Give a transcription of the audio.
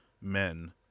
men